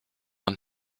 one